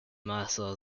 muscle